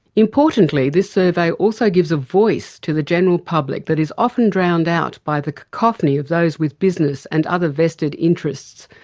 importantly, this survey also gives a voice to the general public that is often drowned out by the cacophony of those with business and other vested interests,